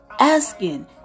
asking